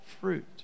fruit